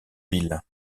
ville